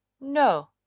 no